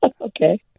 Okay